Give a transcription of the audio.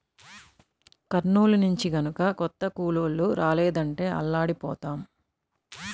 కర్నూలు నుంచి గనక కొత్త కూలోళ్ళు రాలేదంటే అల్లాడిపోతాం